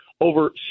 over